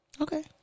Okay